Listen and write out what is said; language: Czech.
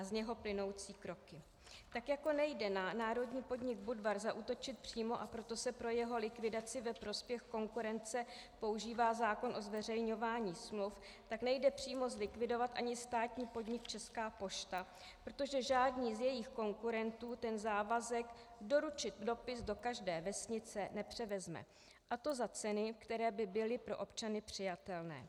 Tak jako nejde na národní podnik Budvar zaútočit přímo, a proto se pro jeho likvidaci ve prospěch konkurence používá zákon o zveřejňování smluv, tak nejde přímo zlikvidovat ani státní podnik Česká pošta, protože žádný z jejích konkurentů ten závazek doručit dopis do každé vesnice nepřevezme, a to za ceny, které by byly pro občany přijatelné.